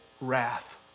wrath